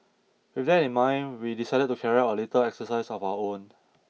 with that in mind we decided to carry out a little exercise of our own